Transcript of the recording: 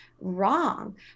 wrong